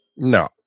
No